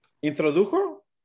¿Introdujo